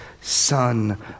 son